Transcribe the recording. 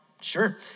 Sure